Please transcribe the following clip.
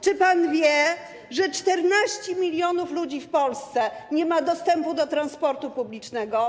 Czy pan wie, że 14 mln ludzi w Polsce nie ma dostępu do transportu publicznego?